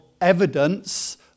evidence